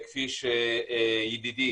כפי שידידי